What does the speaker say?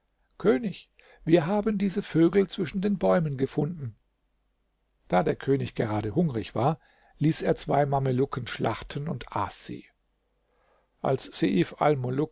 könig wir haben diese vögel zwischen den bäumen gefunden da der könig gerade hungrig war ließ er zwei mamelucken schlachten und aß sie als